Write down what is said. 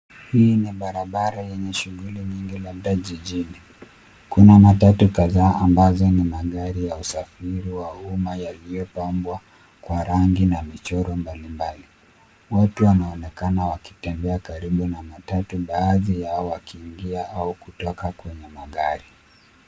Hii ni barabara yenye shughuli nyingi labda jijini. Kuna matatu kadhaa ambazo ni magari ya usafiri wa umma yaliopambwa kwa rangi na michoro mbalimbali. Watu wanaonekana wakitembea karibu na matatu baadhi yao wakiingia au kutoka kwenye magari.